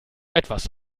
etwas